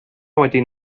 wedi